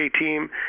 team